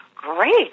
Great